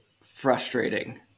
frustrating